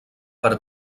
per